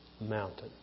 mountain